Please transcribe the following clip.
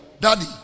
daddy